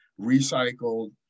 recycled